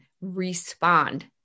respond